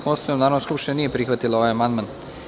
Konstatujem da Narodna skupština nije prihvatila ovaj amandman.